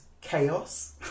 chaos